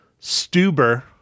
Stuber